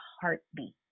heartbeat